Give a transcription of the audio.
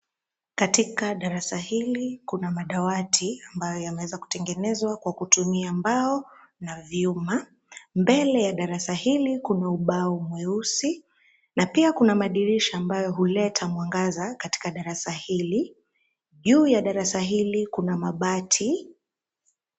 Katika darasa hili, kuna madawati ambayo yameweza kutengenezwa kwa kutumia mbao na vyuma. Mbele ya darasa hili kuna ubao mweusi, na pia kuna madirisha ambayo huleta mwangaza katika darasa hili. Juu ya darasa hili kuna mabati.